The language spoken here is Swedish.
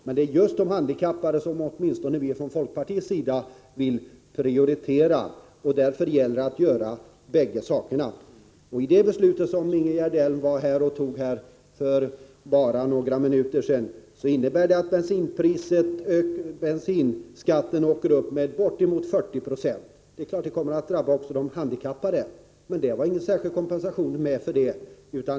Det är just de handikappade som åtminstone vi i folkpartiet vill prioritera. Därför gäller det att göra båda sakerna. Det beslut som Ingegerd Elm var med om att fatta för bara några minuter sedan innebär att bensinskatten ökar med bortemot 40 90. Det är klart att det också kommer att drabba de handikappade. Men det gavs ingen särskild kompensation för det.